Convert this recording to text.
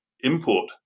import